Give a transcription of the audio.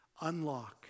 Unlock